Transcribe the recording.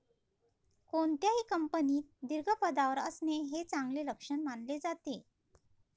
कोणत्याही कंपनीत दीर्घ पदावर असणे हे चांगले लक्षण मानले जाते